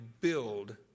build